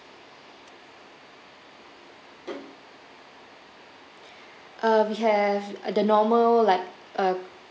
um we have the normal like uh